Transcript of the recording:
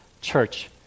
Church